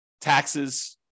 taxes